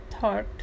thought